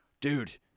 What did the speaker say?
dude